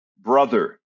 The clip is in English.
brother